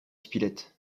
spilett